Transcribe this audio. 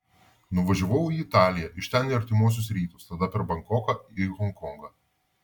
nuvažiavau į italiją iš ten į artimuosius rytus tada per bankoką į honkongą